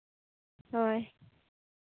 ᱦᱳᱭ